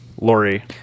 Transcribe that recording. Lori